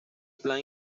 plan